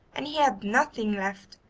and he had nothing left,